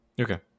Okay